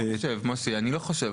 מוסי, אני לא חושב.